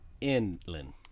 inland